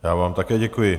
Já vám také děkuji.